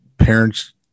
parents